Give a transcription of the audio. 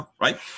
right